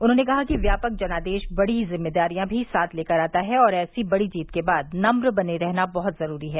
उन्होंने कहा कि व्यापक जनादेश बड़ी जिम्मेदारियां भी साथ लेकर आता है और ऐसी बड़ी जीत के बाद नम्न बने रहना बहुत जरूरी है